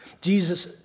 Jesus